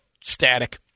static